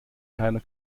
keiner